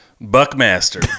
Buckmaster